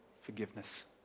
forgiveness